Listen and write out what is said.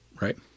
right